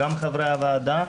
גם חברי הוועדה,